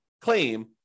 claim